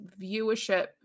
viewership